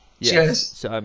Yes